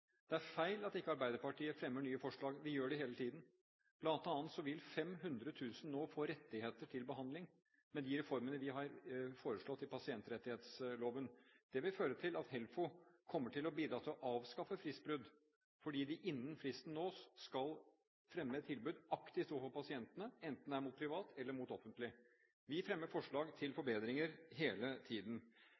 Det er feil at ikke Arbeiderpartiet fremmer nye forslag. Vi gjør det hele tiden. Blant annet vil 500 000 nå få rettigheter til behandling med de reformene vi har foreslått i pasientrettighetsloven. Det vil føre til at HELFO kommer til å bidra til å avskaffe fristbrudd fordi de innen fristen nå skal fremme et tilbud aktivt overfor pasientene, enten det er mot privat eller mot offentlig. Vi fremmer forslag til forbedringer hele tiden.